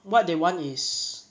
what they want is